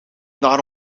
naar